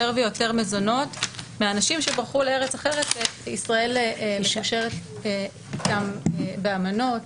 ויותר מזונות מאנשים שברחו לארץ אחרת וישראל מקושרת איתם באמנות.